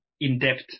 in-depth